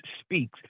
speaks